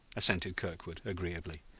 assented kirkwood agreeably.